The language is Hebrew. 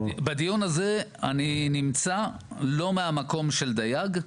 בדיון הזה אני נמצא לא מהמקום של דייג,